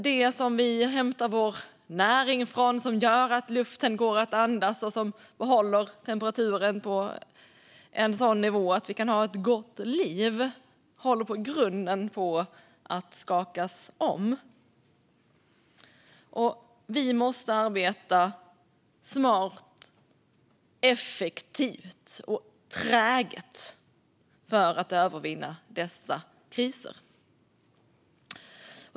Det som vi hämtar vår näring från, som gör att luften går att andas och som behåller temperaturen på en sådan nivå att vi kan ha ett gott liv håller i grunden på att skakas om. Vi måste arbeta smart, effektivt och träget för att övervinna dessa kriser.